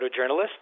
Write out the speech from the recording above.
photojournalist